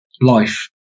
life